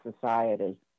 society